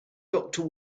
doctor